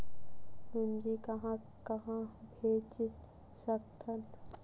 पूंजी कहां कहा भेज सकथन?